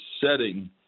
setting